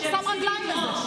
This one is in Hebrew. שם רגליים.